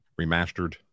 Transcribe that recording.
remastered